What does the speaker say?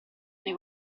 nei